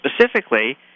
specifically